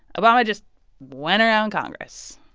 obama just went around congress,